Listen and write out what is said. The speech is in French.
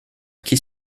qui